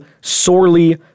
sorely